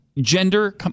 gender